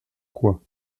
quoi